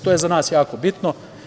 To je za nas jako bitno.